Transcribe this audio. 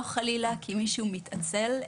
לא חלילה כי מישהו מתעצל,